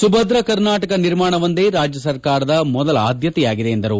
ಸುಭದ್ರ ಕರ್ನಾಟಕ ನಿರ್ಮಾಣವೊಂದೇ ರಾಜ್ವ ಸರ್ಕಾರದ ಮೊದಲ ಆದ್ವತೆಯಾಗಿದೆ ಎಂದರು